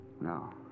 no